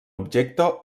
objecte